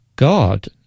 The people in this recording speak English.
God